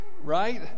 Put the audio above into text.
Right